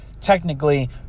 technically